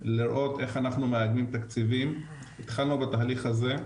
לראות איך אנחנו לאגם תקציבים, התחלנו בתהליך הזה.